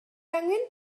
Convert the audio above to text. angen